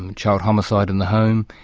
um child homicide in the home,